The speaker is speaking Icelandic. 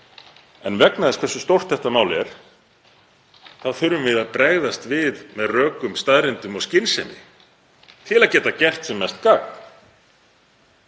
En vegna þess hversu stórt þetta mál er þurfum við að bregðast við með rökum, staðreyndum og skynsemi til að geta gert sem mest gagn.